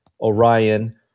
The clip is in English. Orion